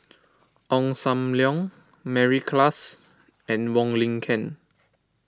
Ong Sam Leong Mary Klass and Wong Lin Ken